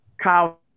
kyle